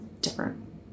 different